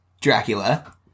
Dracula